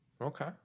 okay